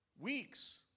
weeks